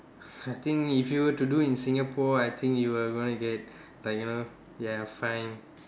I think if you were to do in Singapore I think you are going to get like you know ya fine